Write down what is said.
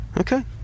Okay